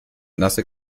nasse